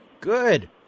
Good